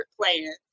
playing